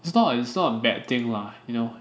it's not a it's not a bad thing lah you know